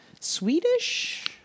Swedish